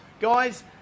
Guys